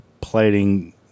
plating